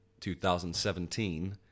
2017